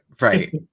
right